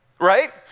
Right